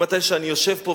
מאז שאני יושב פה,